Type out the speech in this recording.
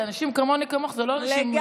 זה אנשים כמוני, כמוך, זה לא אנשים חשודים.